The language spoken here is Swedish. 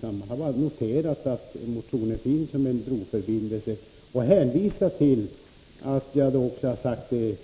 Man har bara noterat att motionen finns och hänvisat till att jag i